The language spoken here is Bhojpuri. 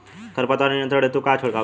खर पतवार नियंत्रण हेतु का छिड़काव करी?